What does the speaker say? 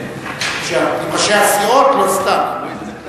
עם ראשי הסיעות, או סתם?